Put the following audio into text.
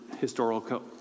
historical